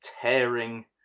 tearing